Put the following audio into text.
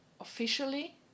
officially